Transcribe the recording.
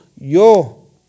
Yo